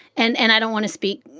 and and i don't want to speak